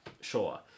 Sure